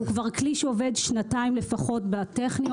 זה כלי שעובד בטכניון כבר לפחות שנתיים.